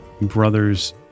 brothers